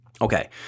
Okay